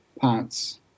parts